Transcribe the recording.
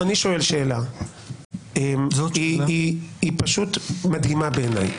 אני שואל שאלה היא פשוט מדהימה בעיניי.